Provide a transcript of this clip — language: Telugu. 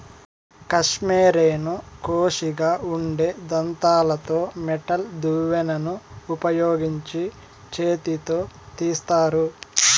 కష్మెరెను కోషిగా ఉండే దంతాలతో మెటల్ దువ్వెనను ఉపయోగించి చేతితో తీస్తారు